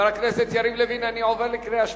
אני עובר לקריאה שלישית.